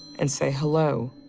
and say, hello?